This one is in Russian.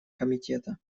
комитета